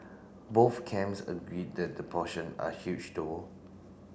both camps agreed that the portion are huge though